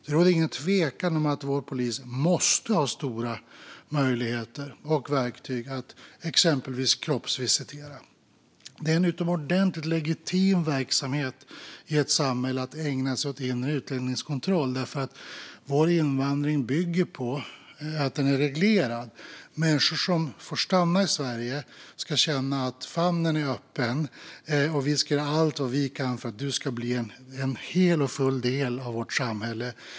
Det råder ingen tvekan om att vår polis måste ha stora möjligheter och verktyg att exempelvis kroppsvisitera. Att ägna sig åt inre utlänningskontroll är en utomordentligt legitim verksamhet i ett samhälle, eftersom vår invandring bygger på att den är reglerad. Människor som får stanna i Sverige ska känna att famnen är öppen: Vi ska göra allt vi kan för att du helt och fullt ska bli en del av vårt samhälle.